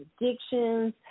addictions